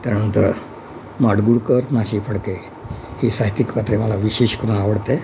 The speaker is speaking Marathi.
त्यानंतर माडगुळकर ना सी फडके हे साहित्यिक पात्रे मला विशेष करून आवडते